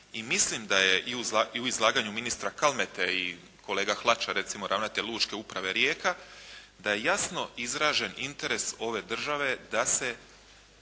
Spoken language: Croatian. i mislim da je i u izlaganju ministra Kalmete i kolega Hlača recimo ravnatelj Lučke uprave Rijeka, da je jasno izražen interes ove države da se